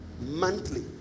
monthly